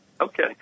Okay